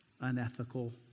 unethical